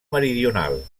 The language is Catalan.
meridional